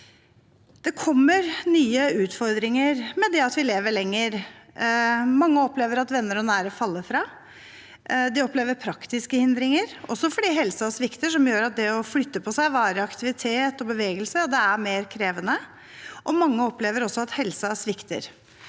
Det kommer nye utfordringer med det at vi lever lenger. Mange opplever at venner og nære faller fra. De opplever praktiske hindringer, også fordi helsen svikter, som gjør at det å flytte på seg, være i aktivitet og bevegelse er mer krevende. Mange opplever også at helsen svikter